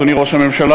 אדוני ראש הממשלה.